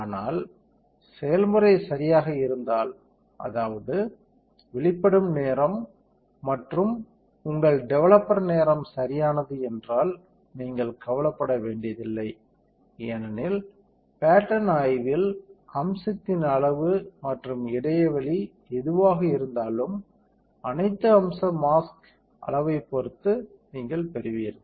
ஆனால் செய்முறை சரியாக இருந்தால் அதாவது வெளிப்படும் நேரம் மற்றும் உங்கள் டெவலப்பர் நேரம் சரியானது என்றால் நீங்கள் கவலைப்பட வேண்டியதில்லை ஏனெனில் பட்டர்ன் ஆய்வில் அம்சத்தின் அளவு மற்றும் இடைவெளி எதுவாக இருந்தாலும் அனைத்து அம்ச மாஸ்க் அளவைப் நீங்கள் பெறுவீர்கள்